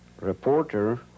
reporter